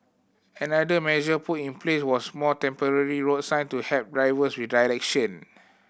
another measure put in place was more temporary road sign to help drivers with direction